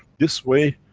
this way,